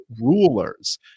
rulers